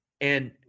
And-